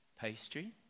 pastry